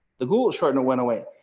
the google shortener went away,